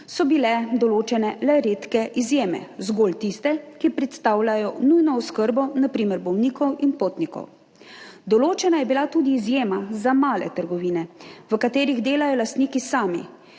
so bile določene le redke izjeme, zgolj tiste, ki predstavljajo nujno oskrbo, na primer bolnikov in potnikov. Določena je bila tudi izjema za male trgovine, v katerih delajo lastniki sami,